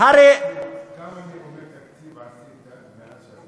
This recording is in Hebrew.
כמה נאומי תקציב עשית מאז,